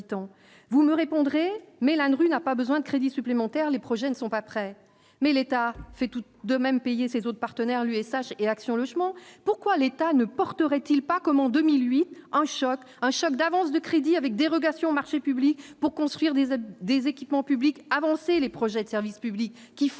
vous me répondrez mais l'ANRU n'a pas besoin de crédits supplémentaires, les projets ne sont pas prêts mais l'État fait tout de même payer ses autres partenaires l'USH et Action logement, pourquoi l'État ne porterait-il pas comme en 2008, un choc, un choc d'avance de crédit avec dérogation aux marchés publics pour construire des des équipements publics avancer les projets de services publics qui font